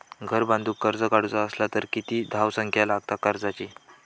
घर बांधूक कर्ज काढूचा असला तर किती धावसंख्या लागता कर्जाची?